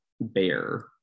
Bear